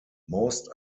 most